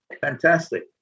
Fantastic